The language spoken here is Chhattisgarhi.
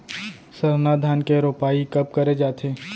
सरना धान के रोपाई कब करे जाथे?